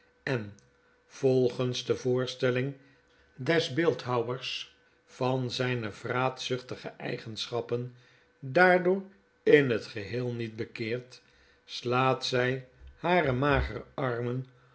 en volgens devoorstelling des beeldhouwers van zyne vraatzuchtige eigenschappen daardoor in het geheelniet bekeerd slaat zij hare magere armen